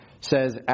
says